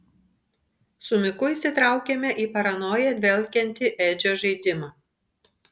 su miku įsitraukėme į paranoja dvelkiantį edžio žaidimą